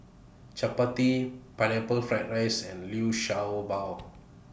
Chappati Pineapple Fried Rice and Liu Sha Bao